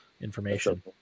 information